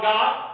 God